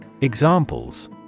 Examples